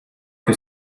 que